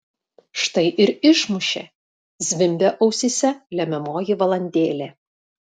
štai ir išmušė zvimbia ausyse lemiamoji valandėlė